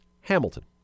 Hamilton